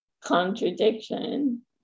contradiction